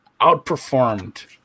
outperformed